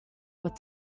what